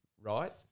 right